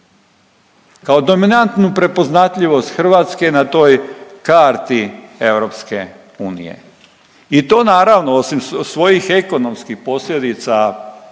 Kao dominantnu prepoznatljivost Hrvatske na toj karti EU. I to naravno osim svojih ekonomskih posljedica